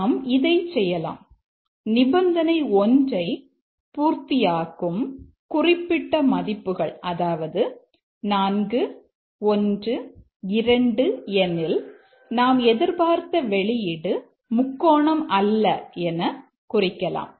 நாம் இதை செய்யலாம் நிபந்தனை 1 ஐ பூர்த்தியாகும் குறிப்பிட்ட மதிப்புகள் அதாவது 4 1 2 எனில் நாம் எதிர்பார்த்த வெளியீடு முக்கோணம் அல்ல என குறிக்கலாம்